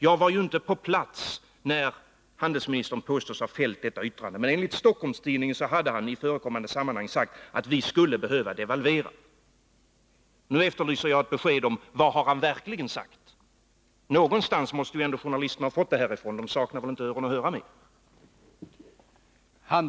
Jag var inte på plats när handelsministern påstås ha fällt detta yttrande, men enligt Stockholms-Tidningen hade han i förekommande sammanhang sagt att vi skulle behöva devalvera. Nu efterlyser jag ett besked om vad han verkligen har sagt. Någonstans måste ändå journalisten ha fått det här ifrån; de saknar väl inte öron att höra med.